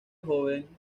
joven